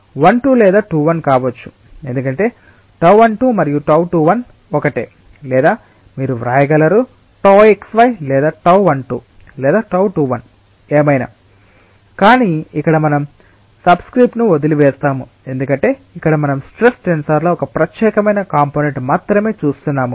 1 2 లేదా 2 1 కావచ్చు ఎందుకంటే τ12 మరియు τ 21 ఒకటే లేదా మీరు వ్రాయగలరు τxy లేదా τ12 లేదా τ 21 ఏమైనా కానీ ఇక్కడ మనం సబ్స్క్రిప్ట్ను వదిలివేస్తాము ఎందుకంటే ఇక్కడ మనం స్ట్రెస్ టెన్సర్లో ఒక ప్రత్యేకమైన కంపోనేంట్ మాత్రమే చూస్తున్నాము